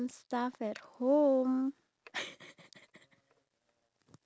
to take a spoonful of honey to feel better